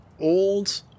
old